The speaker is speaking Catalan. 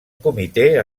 comitè